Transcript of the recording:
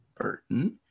Burton